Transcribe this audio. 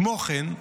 כמו כן,